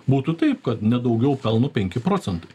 būtų taip kad nedaugiau pelno penki procentai